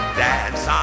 dance